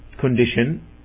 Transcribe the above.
condition